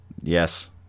Yes